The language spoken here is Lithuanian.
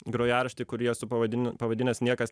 grojaraštį kurį esu pavadin pavadinęs niekas